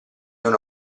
non